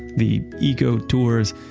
the eco-tours,